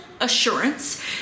assurance